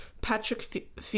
Patrick